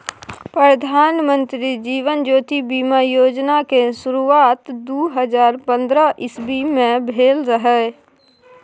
प्रधानमंत्री जीबन ज्योति बीमा योजना केँ शुरुआत दु हजार पंद्रह इस्बी मे भेल रहय